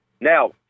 Now